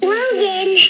Logan